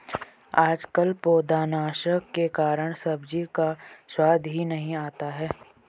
आजकल पौधनाशक के कारण सब्जी का स्वाद ही नहीं आता है